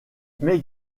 mais